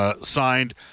signed